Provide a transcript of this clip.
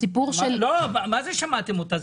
הסיפור של --- לא, מה זה שמעתם אותה?